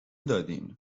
دادیدن